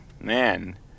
Man